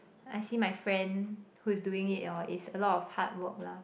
I see my friend who is doing it hor is a lot of hard work lah